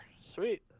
sweet